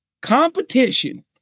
Competition